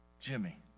Jimmy